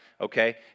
Okay